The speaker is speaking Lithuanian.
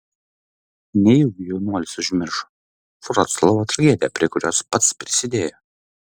nejaugi jaunuolis užmiršo vroclavo tragediją prie kurios pats prisidėjo